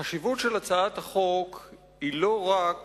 החשיבות שלה היא לא רק